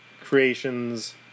creations